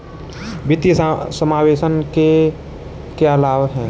वित्तीय समावेशन के क्या लाभ हैं?